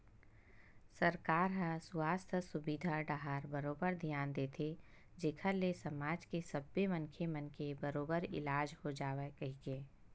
सरकार ह सुवास्थ सुबिधा डाहर बरोबर धियान देथे जेखर ले समाज के सब्बे मनखे मन के बरोबर इलाज हो जावय कहिके